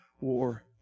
war